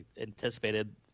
anticipated